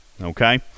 Okay